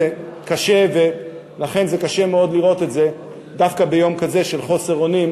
זה קשה מאוד לראות את זה דווקא ביום כזה של חוסר אונים,